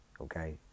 okay